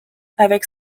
avec